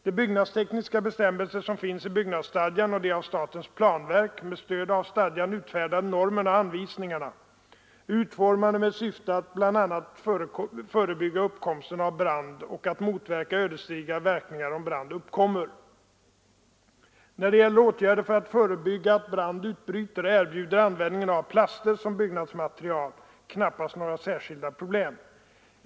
De byggnadstekniska bestämmelser som finns i byggnadsstadgan och de av statens planverk med stöd av stadgan utfärdade normerna och anvisningarna är utformade med syftet bl.a. att förebygga uppkomsten av brand och att motverka ödesdigra verkningar om brand uppkommer. När det gäller åtgärder för att förebygga att brand utbryter erbjuder användningen av plaster som byggnadsmaterial knappast några särskilda problem.